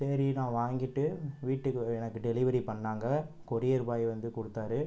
சரி நான் வாங்கிட்டு வீட்டுக்கு வ எனக்கு டெலிவரி பண்ணாங்க கொரியர் பாய் வந்து கொடுத்தாரு